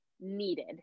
needed